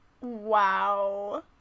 wow